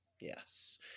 Yes